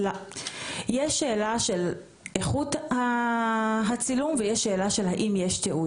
יש שאלה של איכות הצילום ויש שאלה האם יש תיעוד.